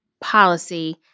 policy